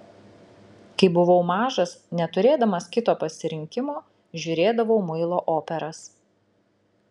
kai buvau mažas neturėdamas kito pasirinkimo žiūrėdavau muilo operas